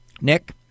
Nick